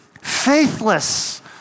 faithless